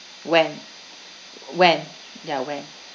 when when ya when